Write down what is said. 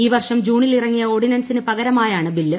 ഈ വർഷം ജൂണിൽ ഇറങ്ങിയ ഓർഡിനൻസിന് പകരമായാണ് ബില്ല്